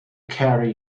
carry